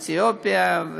מאתיופיה,